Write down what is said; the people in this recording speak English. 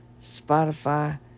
Spotify